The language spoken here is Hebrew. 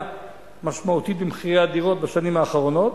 משמעותית במחירי הדירות בשנים האחרונות,